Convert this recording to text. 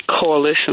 coalition